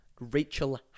Rachel